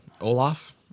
Olaf